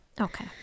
Okay